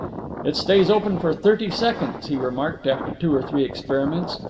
it stays open for thirty seconds, he remarked after two or three experiments.